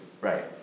Right